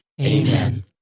Amen